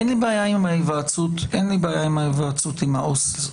אין לי בעיה עם ההיוועצות עם העובד הסוציאלי.